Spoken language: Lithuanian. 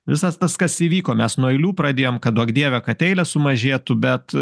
visas tas kas įvyko mes nuo eilių pradėjom kad duok dieve kad eilės sumažėtų bet